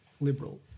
Liberal